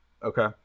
okay